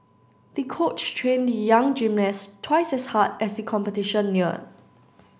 the coach trained the young gymnast twice as hard as the competition neared